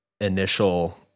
initial